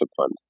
Fund